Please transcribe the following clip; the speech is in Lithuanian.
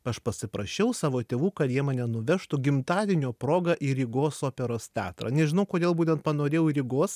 aš pasiprašiau savo tėvų kad jie mane nuvežtų gimtadienio proga į rygos operos teatrą nežinau kodėl būtent panorėjau į rygos